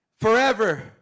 forever